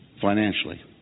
financially